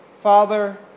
Father